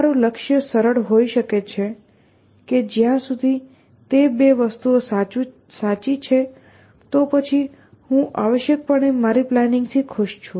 તમારું લક્ષ્ય સરળ હોઈ શકે છે કે જ્યાં સુધી તે 2 વસ્તુઓ સાચી છે તો પછી હું આવશ્યકપણે મારી પ્લાનિંગથી ખુશ છું